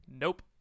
Nope